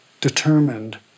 determined